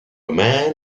man